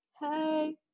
hey